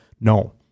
No